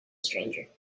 stranger